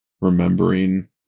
remembering